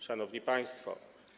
Szanowni Państwo!